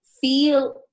feel